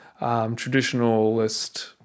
traditionalist